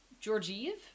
Georgiev